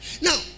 Now